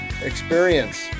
experience